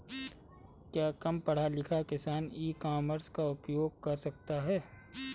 क्या कम पढ़ा लिखा किसान भी ई कॉमर्स का उपयोग कर सकता है?